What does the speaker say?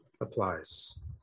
applies